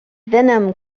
venom